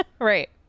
Right